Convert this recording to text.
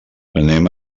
anem